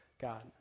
God